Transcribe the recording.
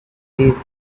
these